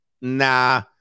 Nah